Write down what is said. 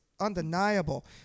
undeniable